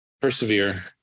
persevere